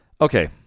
okay